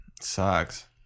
sucks